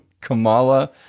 Kamala